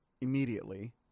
immediately